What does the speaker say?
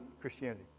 Christianity